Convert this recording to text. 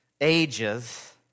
ages